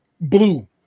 blue